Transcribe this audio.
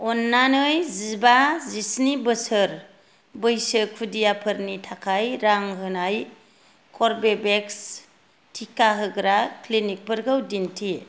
अननानै जिबा जिस्नि बोसोर बैसो खुदियाफोरनि थाखाय रां होनाय कर्वेभेक्स टिका होग्रा क्लिनिक फोरखौ दिन्थि